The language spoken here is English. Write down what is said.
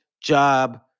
job